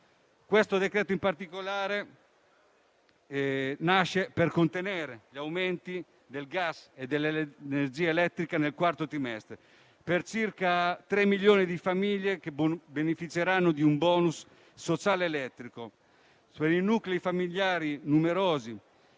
Il provvedimento in esame nasce per contenere gli aumenti dei prezzi di gas ed energia elettrica nel quarto trimestre per circa 3 milioni di famiglie che beneficeranno di un *bonus* sociale elettrico, per i nuclei familiari numerosi,